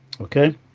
Okay